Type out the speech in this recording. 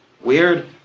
weird